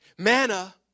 Manna